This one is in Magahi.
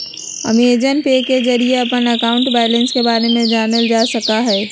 अमेजॉन पे के जरिए अपन अकाउंट बैलेंस के बारे में जानल जा सका हई